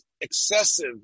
excessive